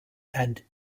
and